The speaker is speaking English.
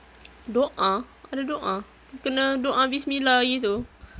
doa ada doa kena doa bismillah gitu